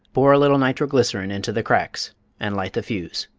pour a little nitro glycerine into the cracks and light the fuse.